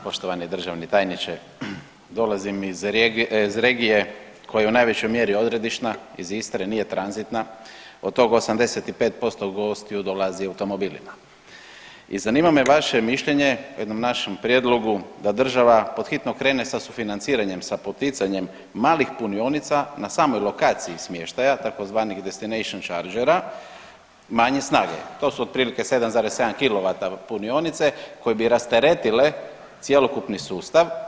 Poštovani državni tajniče, dolazim iz regije koja je u najvećoj mjeri odredišna, iz Istre, nije tranzitna, od tog 85% gostiju dolazi automobilima i zanima me vaše mišljenje o jednom našem prijedlogu da država pod hitno krene sa sufinanciranjem, sa poticanjem malih punionica na samoj lokaciji smještaja tzv. destination chargera manje snage, to su otprilike 7,7 kw punionice koje bi rasteretile cjelokupni sustav.